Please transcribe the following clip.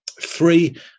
three